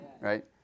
right